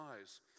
eyes